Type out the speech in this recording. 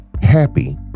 happy